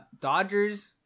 dodgers